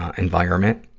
ah environment.